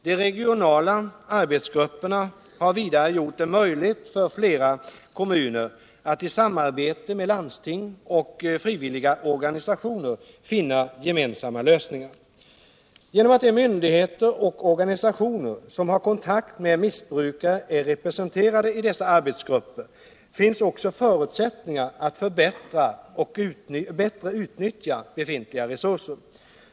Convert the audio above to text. De regionala arbetsgrupperna har vidare gjort det möjligt för flera kommuner att i samarbete med landsting och frivilliga organisationer finna gemensamma lösningar. Genom att de myndigheter och organisationer som har kontakt med missbrukare är representerade i dessa arbetsgrupper finns det också förut 151 sättningar att bättre utnyttja befintliga resurser.